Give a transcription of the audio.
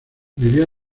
vivía